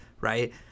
right